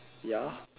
ya